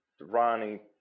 Ronnie